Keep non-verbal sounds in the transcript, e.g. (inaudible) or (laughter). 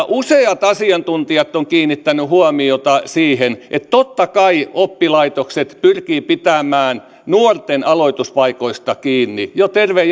(unintelligible) useat asiantuntijat ovat kiinnittäneet huomiota siihen että totta kai oppilaitokset pyrkivät pitämään nuorten aloituspaikoista kiinni jo terve (unintelligible)